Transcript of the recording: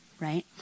Right